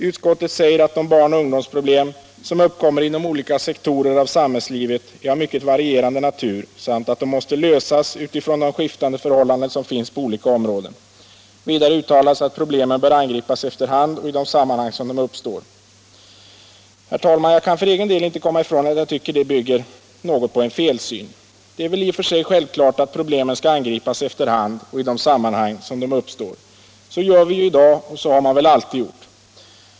Utskottet säger att de barnoch ungdomsproblem som uppkommer inom olika sektorer av samhällslivet är av mycket varierande natur samt att de måste lösas med utgångspunkt i de skiftande förhållanden som finns på olika områden. Vidare uttalas att problemen bör angripas efter hand och i de sammanhang där de uppstår. Herr talman! Jag kan för egen del inte komma ifrån att jag tycker att detta något bygger på en felsyn. Det är väl i och för sig självklart, att problemen skall angripas efter hand och i de sammanhang där de uppstår. Så gör vi ju i dag, och så har man väl alltid gjort.